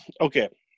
Okay